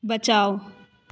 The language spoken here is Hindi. बचाओ